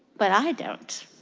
but i don't